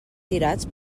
tirats